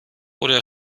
oder